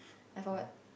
I forgot